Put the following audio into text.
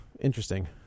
Interesting